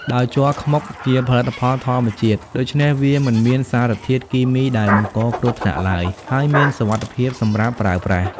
ដោយជ័រខ្មុកជាផលិតផលធម្មជាតិ ដូច្នេះវាមិនមានសារធាតុគីមីដែលបង្កគ្រោះថ្នាក់ឡើយ ហើយមានសុវត្ថិភាពសម្រាប់ប្រើប្រាស់។